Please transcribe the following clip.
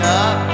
up